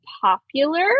popular